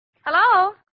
Hello